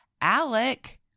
Alec